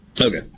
Okay